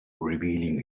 revealing